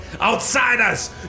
outsiders